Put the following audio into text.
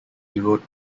erode